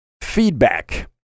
feedback